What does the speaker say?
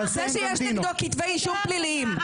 זה שיש נגדו כתבי אישום פליליים.